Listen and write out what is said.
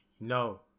no